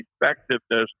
effectiveness